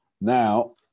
Now